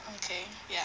okay yeah